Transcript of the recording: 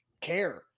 care